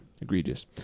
Egregious